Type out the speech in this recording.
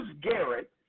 Garrett